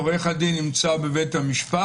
עורך הדין נמצא בבית המשפט.